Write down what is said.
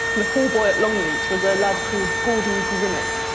the hallboy at longleat was a lad called gordon grimmett,